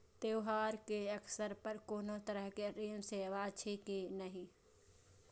त्योहार के अवसर पर कोनो तरहक ऋण सेवा अछि कि नहिं?